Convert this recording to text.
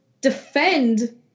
defend